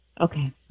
okay